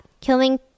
Killing